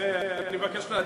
חשוכה.